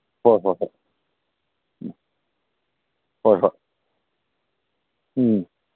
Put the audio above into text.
ꯍꯣꯏ ꯍꯣꯏ ꯍꯣꯏ ꯎꯝ ꯍꯣꯏ ꯍꯣꯏ ꯎꯝ